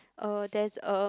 oh there is a